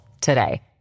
today